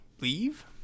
leave